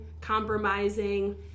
compromising